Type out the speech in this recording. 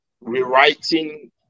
rewriting